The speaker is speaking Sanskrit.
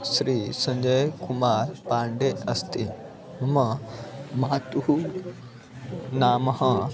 श्री सञ्जय् कुमार् पाण्डे अस्ति मम मातुः नाम